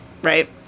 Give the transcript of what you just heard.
Right